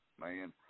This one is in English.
man